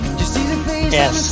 yes